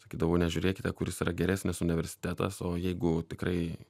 sakydavau nežiūrėkite kuris yra geresnis universitetas o jeigu tikrai